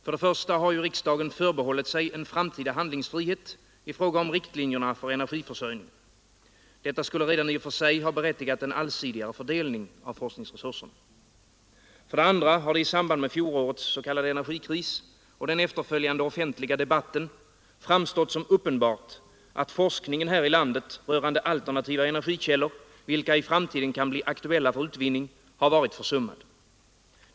För det första har riksdagen förbehållit sig en framtida handlingsfrihet i fråga om riktlinjerna för energiförsörjningen. Detta skulle redan i och för sig ha berättigat till en allsidigare fördelning av forskningsresurserna. För det andra har det i samband med fjolårets s.k. energikris och den efterföljande offentliga debatten framstått som uppenbart att forskningen här i landet rörande alternativa energikällor, vilka i framtiden kan bli aktuella för utvinning, varit försummad.